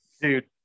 Dude